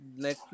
Netflix